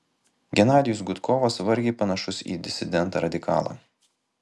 genadijus gudkovas vargiai panašus į disidentą radikalą